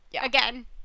Again